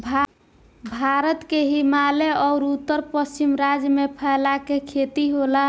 भारत के हिमालय अउर उत्तर पश्चिम राज्य में फैला के खेती होला